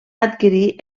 adquirir